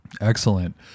Excellent